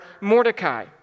Mordecai